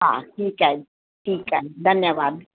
हा ठीकु आहे ठीकु आहे धन्यवाद